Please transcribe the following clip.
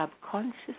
subconscious